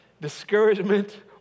discouragement